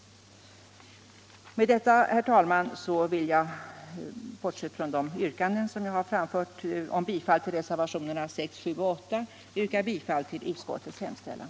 Med detta, herr talman, vill jag — bortsett från de yrkanden jag framfört om bifall till reservationerna 6, 7 och 8 — yrka bifall till utskottets hemställan.